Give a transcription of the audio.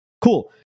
Cool